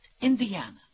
Indiana